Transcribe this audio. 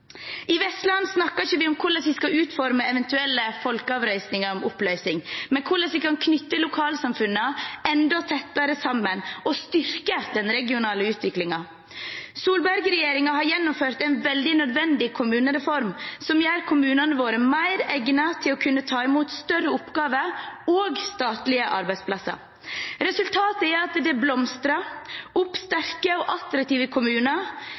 I Vestland snakker vi ikke om hvordan vi skal utforme eventuelle folkeavstemninger om oppløsning, men hvordan vi kan knytte lokalsamfunnene enda tettere sammen og styrke den regionale utviklingen. Solberg-regjeringen har gjennomført en veldig nødvendig kommunereform som gjør kommunene våre mer egnet til å kunne ta imot større oppgaver og statlige arbeidsplasser. Resultatet er at det blomstrer opp sterke og attraktive kommuner